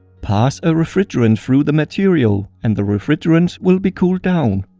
pass a refrigerant through the material and the refrigerant will be cooled down.